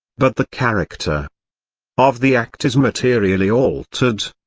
but the character of the act is materially altered.